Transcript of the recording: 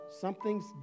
something's